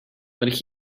but